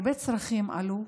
הרבה צרכים עלו,